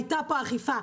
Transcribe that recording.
הייתה פה אכיפה,